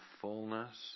fullness